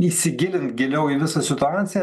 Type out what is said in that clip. įsigilint giliau į visą situaciją